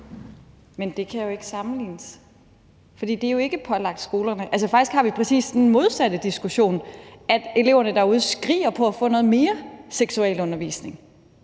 Men det kan jo ikke sammenlignes, for det er jo ikke pålagt skolerne. Altså, faktisk har vi præcis den modsatte diskussion: at eleverne derude skriger på at få noget mere seksualundervisning,